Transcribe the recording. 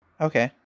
Okay